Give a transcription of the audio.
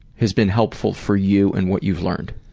has been helpful for you and what you've learned?